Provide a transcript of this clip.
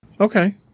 okay